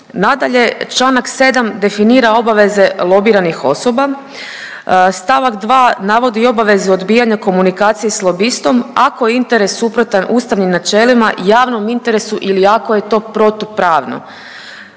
Nadalje, Članak 7. definira obaveze lobiranih osoba. Stavak 2. navodi i obavezu odbijanja komunikacije s lobistom ako je interes suprotan ustavnim načelima, javnom interesu ili ako je to protupravno.